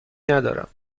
ندارم